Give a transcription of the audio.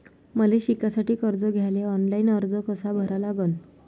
मले शिकासाठी कर्ज घ्याले ऑनलाईन अर्ज कसा भरा लागन?